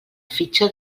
fitxa